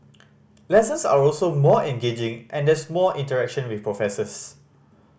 lessons are also more engaging and there's more interaction with professors